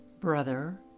Brother